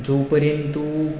जो परेन तूं